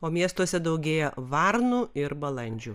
o miestuose daugėja varnų ir balandžių